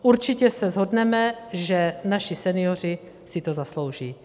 Určitě se shodneme, že naši senioři si to zaslouží.